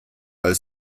als